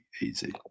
easy